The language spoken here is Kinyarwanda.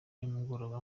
nimugoroba